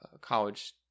college